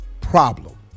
problem